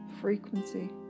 frequency